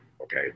okay